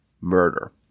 murder